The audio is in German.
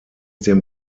dem